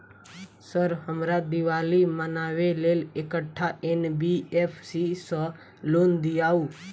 Sir हमरा दिवाली मनावे लेल एकटा एन.बी.एफ.सी सऽ लोन दिअउ?